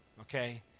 Okay